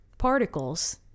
particles